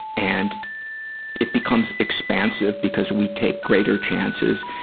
and it becomes expansive because we take greater chances,